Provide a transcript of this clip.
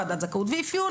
ועדת זכאות ואפיון,